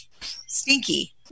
stinky